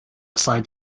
beside